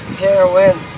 heroin